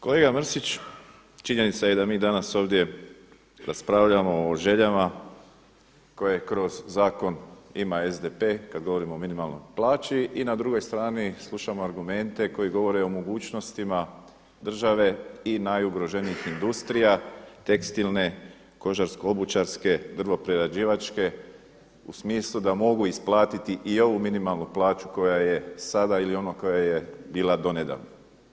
Kolega Mrsić, činjenica je da mi danas ovdje raspravljamo o željama koje kroz zakon ima SDP, kad govorimo o minimalnoj plaći i na drugoj strani slušamo argumente koji govore o mogućnostima države i najugroženijih industrija, tekstilne, kožarsko-obućarske, drvoprerađivačke, u smislu da mogu isplatiti i ovu minimalnu plaću koja je sada ili koja je bila do nedavno.